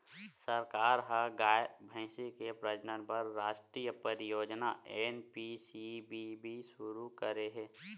सरकार ह गाय, भइसी के प्रजनन बर रास्टीय परियोजना एन.पी.सी.बी.बी सुरू करे हे